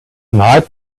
night